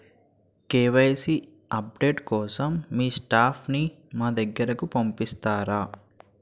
KYC update కోసం మీ staff ని మా వద్దకు పంపిస్తారా?